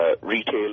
retail